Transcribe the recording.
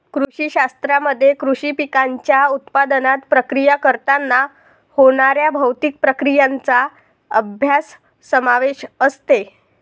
कृषी शास्त्रामध्ये कृषी पिकांच्या उत्पादनात, प्रक्रिया करताना होणाऱ्या भौतिक प्रक्रियांचा अभ्यास समावेश असते